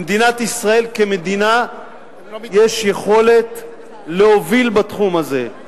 למדינת ישראל כמדינה יש יכולת להוביל בתחום הזה.